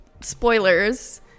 spoilers